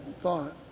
thought